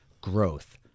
growth